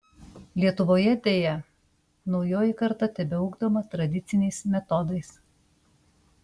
lietuvoje deja naujoji karta tebeugdoma tradiciniais metodais